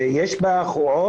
תעשייה.